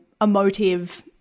emotive